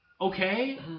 Okay